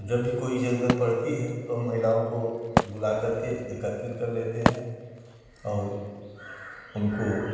जब भी कोई जरूरत पड़ती है तो हम महिलाओं को बुलाकर के एकत्रित कर लेते हैं और उनको